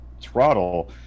throttle